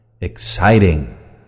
Exciting